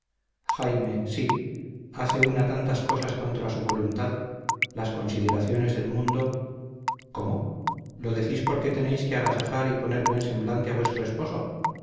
jaime sí hace una tantas cosas contra su voluntad las consideraciones del mundo cómo lo decís porque tenéis que agasajar y poner buen semblante a vuestro esposo